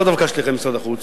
לאו דווקא שליחי משרד החוץ,